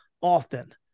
often